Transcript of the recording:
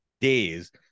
days